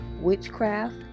witchcraft